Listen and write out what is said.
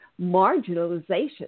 marginalization